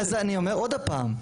אז אני אומר עוד פעם.